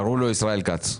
קראו לו ישראל כץ,